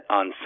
on